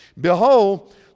Behold